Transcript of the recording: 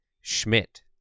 Schmidt